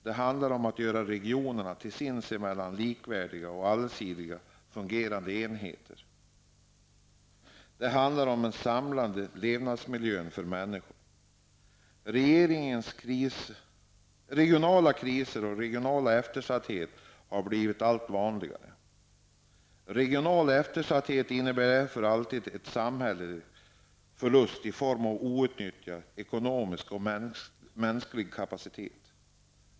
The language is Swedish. Det handlar om att göra regionerna till sinsemellan likvärdiga, allsidiga fungerande enheter och om den samlande levnadsmiljön för människor. Regionala kriser och regional eftersatthet har blivit allt vanligare, vilket alltid innebär en samhällelig förlust i form av outnyttjad ekonomisk och mänsklig kapacitet.